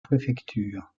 préfecture